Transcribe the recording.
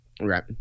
right